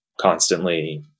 constantly